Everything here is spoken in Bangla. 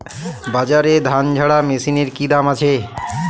বাজারে ধান ঝারা মেশিনের কি দাম আছে?